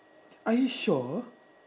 are you sure